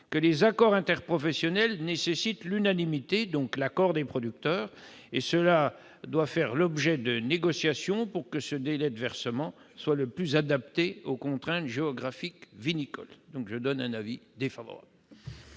que les accords interprofessionnels nécessitent l'unanimité et donc l'accord des producteurs. Cela doit faire l'objet de négociations pour que ce délai de versement soit le plus adapté aux contraintes géographiques vinicoles. Pour ces raisons,